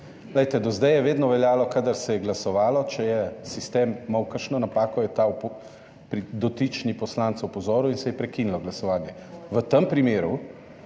do zdaj je vedno veljalo, kadar se je glasovalo, če je sistem imel kakšno napako, je ta dotični poslanec opozoril in se je prekinilo glasovanje. V tem primeru,